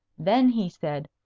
then he said,